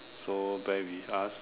so bear with us